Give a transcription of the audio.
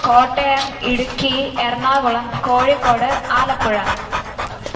Kottayam Idukki Ernakulam Kozhikode Alappuzha